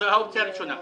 זו האופציה הראשונה.